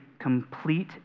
complete